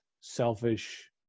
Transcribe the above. selfish